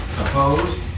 Opposed